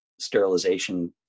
sterilization